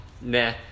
nah